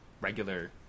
regular